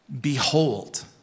behold